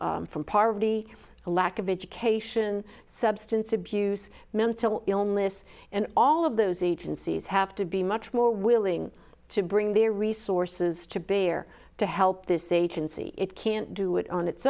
from from poverty lack of education substance abuse mental illness and all of those each and sees have to be much more willing to bring their resources to bear to help this agency it can't do it on its